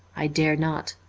i dare not.